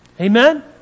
Amen